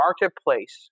marketplace